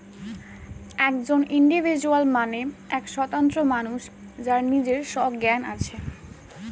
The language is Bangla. একজন ইন্ডিভিজুয়াল মানে এক স্বতন্ত্র মানুষ যার নিজের সজ্ঞান আছে